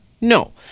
No